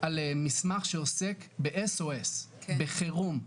על מסמך שעוסק ב-SOS בחירום,